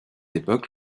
époque